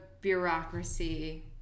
bureaucracy